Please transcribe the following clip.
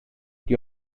die